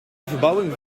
verbouwing